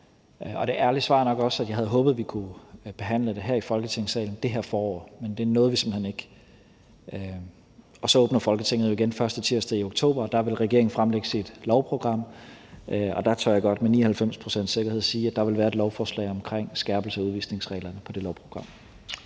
Ja. Det ærlige svar er nok også, at jeg havde håbet, at vi kunne behandle det her i Folketingssalen det her forår, men det nåede vi simpelt hen ikke. Folketinget åbner jo igen første tirsdag i oktober, og der vil regeringen fremlægge sit lovprogram, og der tør jeg godt med 99 pct.s sikkerhed sige, at der vil være et lovforslag om skærpelse af udvisningsreglerne i det lovprogram.